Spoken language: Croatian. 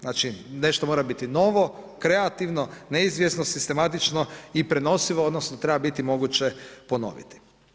Znači nešto mora biti novo, kreativno, neizvjesno, sistematično, i prenosivo, odnosno, treba biti moguće ponoviti.